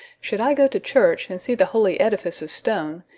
should i go to church and see the holy edifice of stone,